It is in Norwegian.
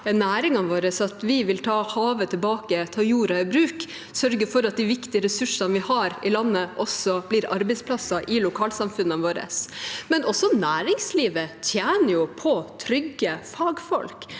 næringene våre at vi vil ta havet tilbake, ta jorda i bruk og sørge for at de viktige ressursene vi har i landet, også blir til arbeidsplasser i lokalsamfunnene våre. Samtidig tjener jo også næringslivet på trygge fagfolk.